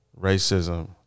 Racism